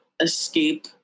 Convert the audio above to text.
escape